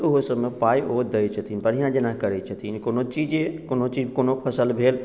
तऽ ओहो सभमे पाइ ओ दैत छथिन बढ़िआँ जेना करैत छथिन कोनो चीजे कोनो चीज कोनो फसल भेल